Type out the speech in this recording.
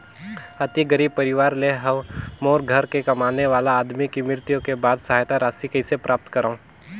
अति गरीब परवार ले हवं मोर घर के कमाने वाला आदमी के मृत्यु के बाद सहायता राशि कइसे प्राप्त करव?